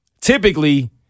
typically